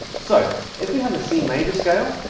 so if we have a c major scale